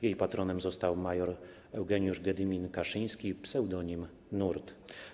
Jej patronem został mjr Eugeniusz Gedymin Kaszyński pseudonim Nurt.